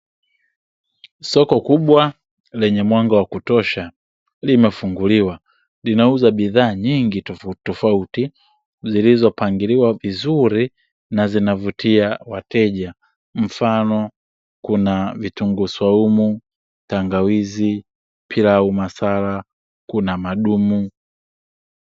Soko kubwa lenye mwanga wa kutosha limefunguliwa, linauza bidhaa nyingi tofauti tofauti zilizo pangiliwa vizuri na zinavutia wateja, mfano kuna: vitunguu swaumu, pilau masala kuna madumu.